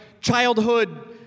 childhood